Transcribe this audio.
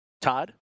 Todd